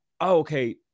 okay